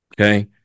Okay